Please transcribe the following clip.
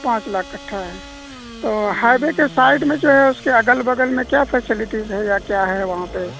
پانچ لاکھ کٹھا ہے تو ہائی وے کے سائڈ میں جو ہے اس کے اگل بگل میں کیا فیسلٹیز ہے یا کیا ہے وہاں پہ